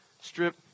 strip